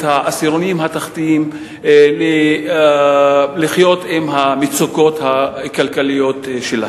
העשירונים התחתונים לחיות עם המצוקות הכלכליות שלהם.